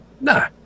No